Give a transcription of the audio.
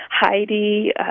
Heidi